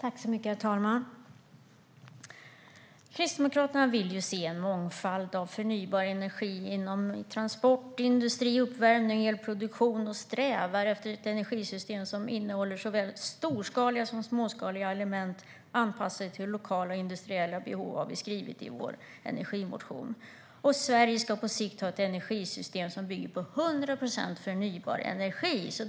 Herr talman! "Kristdemokraterna vill se en mångfald av förnybar energi inom transportsektorn, industrin, uppvärmning och elproduktionen" och strävar efter "ett energisystem som innehåller såväl storskaliga som småskaliga element anpassade till lokala och industriella behov." Det har vi skrivit i vår energimotion. Vi vill att Sverige på sikt ska ha ett energisystem som bygger på 100 procent förnybar energi.